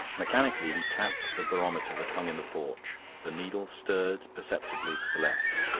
mechanically he tapped the barometer that hung in the porch the needle stirred perceptibly to the left.